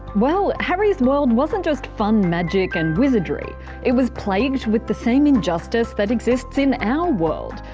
well, harry's world wasn't just fun magic and wizardry it was plagued with the same injustice that exists in our world.